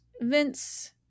Vince